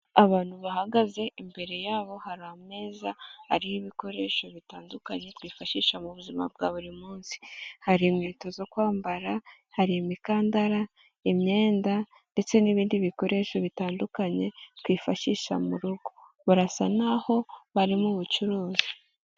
Abantu bahagaze, imbere yabo hari ameza ariho ibikoresho bitandukanye twifashisha mu buzima bwa buri munsi, hari inkweto zo kwambara, hari imikandara, imyenda ndetse n'ibindi bikoresho bitandukanye twifashisha mu rugo, barasa n'aho bari mu bucuruzi.